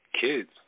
kids